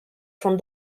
from